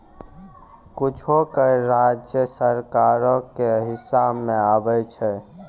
कुछो कर राज्य सरकारो के हिस्सा मे आबै छै